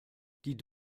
die